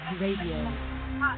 Radio